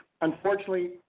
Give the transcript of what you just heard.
Unfortunately